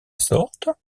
sorte